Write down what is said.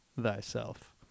thyself